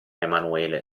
emanuele